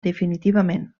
definitivament